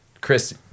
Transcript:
Chris